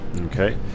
Okay